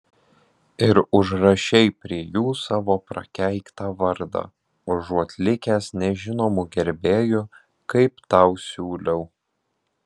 ir užrašei prie jų savo prakeiktą vardą užuot likęs nežinomu gerbėju kaip tau siūliau